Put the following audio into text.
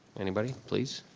anybody, please?